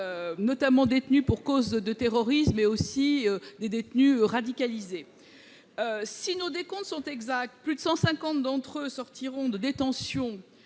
prisonniers détenus pour cause de terrorisme et des détenus radicalisés. Si nos décomptes sont exacts, plus de 150 d'entre eux sortiront de détention